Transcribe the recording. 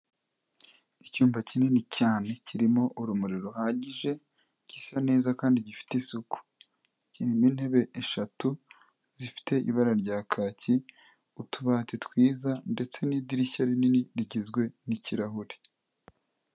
Icyumba kinini cyane kirimo urumuri ruhagije, gisa neza kandi gifite isuku. Kirimo intebe eshatu, zifite ibara rya kaki, utubati twiza ndetse n'idirishya rinini rigizwe n'ikirahure.